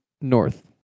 North